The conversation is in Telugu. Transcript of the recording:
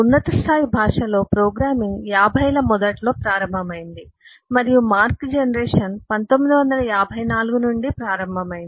ఉన్నత స్థాయి భాషలో ప్రోగ్రామింగ్ 50 ల మొదట్లో ప్రారంభమైంది మరియు మార్క్ జనరేషన్ 1954 నుండి ప్రారంభమైంది